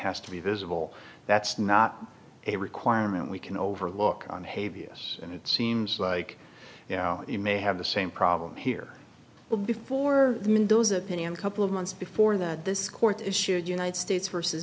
has to be visible that's not a requirement we can overlook on hey vs and it seems like you know you may have the same problem here well before those opinion couple of months before that this court issued united states versus